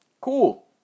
Cool